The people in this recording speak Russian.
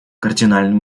кардинальный